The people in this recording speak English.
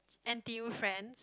N_T_U friends